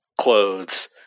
Clothes